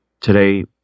today